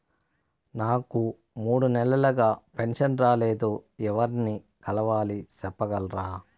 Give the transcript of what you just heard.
నాకు మూడు నెలలుగా పెన్షన్ రాలేదు ఎవర్ని కలవాలి సెప్పగలరా?